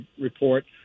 report